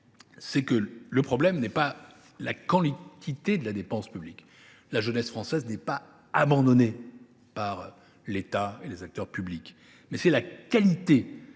c’est que le problème tient non pas à la quantité de la dépense – la jeunesse française n’est pas abandonnée par l’État et les acteurs publics –, mais à sa qualité